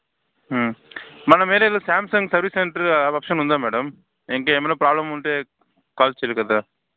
మొన్న మీరు ఏదో శామ్సంగ్ సర్వీస్ సెంటర్ ఆప్షన్ ఉందా మేడం ఇంక ఏమైనా ప్రాబ్లెమ్ ఉంటే కాల్ చెయ్యాలి కదా